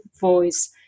voice